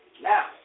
Now